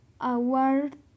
Award